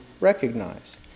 recognize